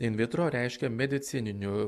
in vitro reiškia medicininiu